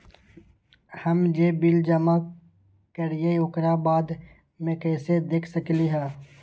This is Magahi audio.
हम जे बिल जमा करईले ओकरा बाद में कैसे देख सकलि ह?